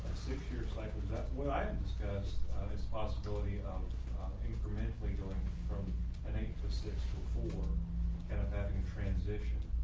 six year cycles. that's what i discussed this possibility of incrementally going from an eight to six to four, kind and of having a transition.